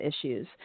issues